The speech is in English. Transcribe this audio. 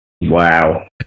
Wow